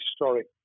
historic